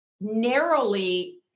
narrowly